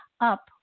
up